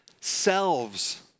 selves